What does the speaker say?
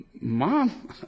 Mom